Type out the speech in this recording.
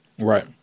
Right